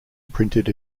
printed